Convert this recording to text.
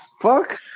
fuck